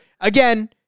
again